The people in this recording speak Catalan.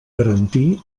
garantir